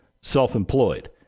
self-employed